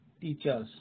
teachers